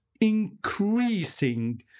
increasing